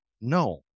No